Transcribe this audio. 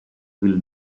evil